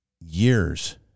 years